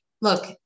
look